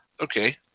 Okay